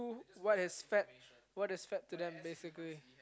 what is fat what is fat to them basically